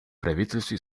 правительства